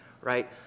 right